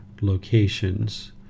locations